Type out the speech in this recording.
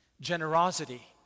Generosity